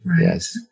Yes